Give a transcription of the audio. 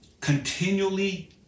Continually